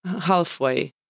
halfway